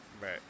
Right